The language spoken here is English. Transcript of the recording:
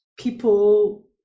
people